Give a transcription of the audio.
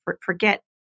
forget